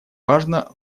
важно